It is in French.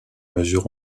mesures